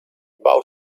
bał